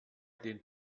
den